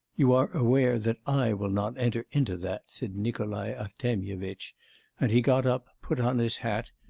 you are aware that i will not enter into that said nikolai artemyevitch and he got up, put on his hat,